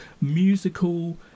musical